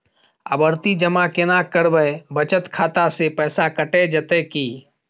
आवर्ति जमा केना करबे बचत खाता से पैसा कैट जेतै की?